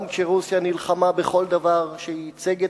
גם כשרוסיה נלחמה בכל דבר שייצג את